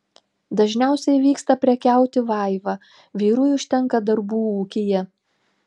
dažniausiai vyksta prekiauti vaiva vyrui užtenka darbų ūkyje